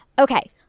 Okay